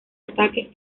ataque